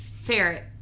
ferret